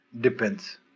depends